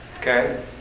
Okay